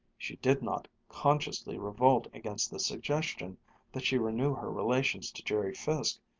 she did not consciously revolt against the suggestion that she renew her relations to jerry fiske,